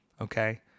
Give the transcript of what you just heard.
Okay